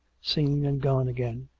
seen and gone again,